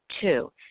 Two